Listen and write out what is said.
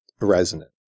resonant